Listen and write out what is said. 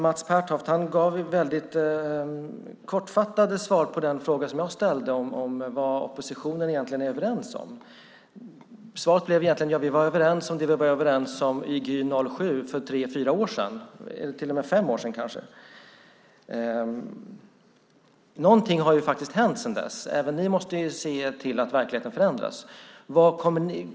Mats Pertoft gav väldigt kortfattade svar på den fråga som jag ställde om vad oppositionen egentligen är överens om. Svaret blev egentligen: Ja, vi var överens om det som vi var överens om i Gy 07 för tre, fyra eller till och med fem år sedan. Någonting har ju faktiskt hänt sedan dess. Även ni måste se att verkligheten förändras.